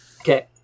Okay